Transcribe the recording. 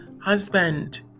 husband